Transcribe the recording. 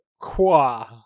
Qua